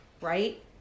right